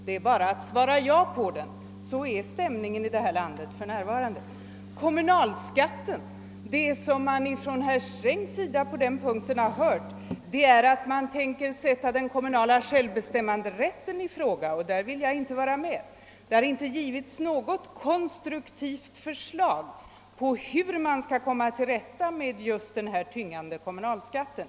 Det är bara att svara ja på denna fråga — sådan är för närvarande stämningen i det här landet! Vad man hört av herr Sträng i fråga om kommunalskatten tyder på att den kommunala självbestämmanderätten kan komma att sättas i fråga. Och det vill jag inte vara med om. Det har inte lagts fram något konstruktivt förslag om hur man skall komma till rätta med den tyngande kommunalskatten.